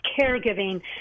caregiving